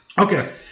Okay